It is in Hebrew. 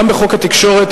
גם בחוק התקשורת,